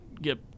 get